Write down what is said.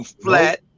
flat